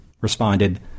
responded